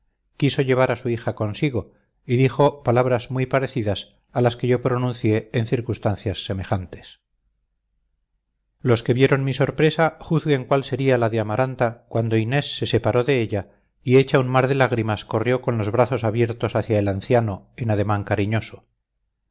quiso llevar a su hija consigo y dijo palabras muy parecidas a las que yo pronuncié en circunstancias semejantes los que vieron mi sorpresa juzguen cuál sería la de amaranta cuando inés se separó de ella y hecha un mar de lágrimas corrió con los brazos abiertos hacia el anciano en ademán cariñoso